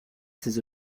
ces